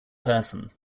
person